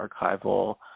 archival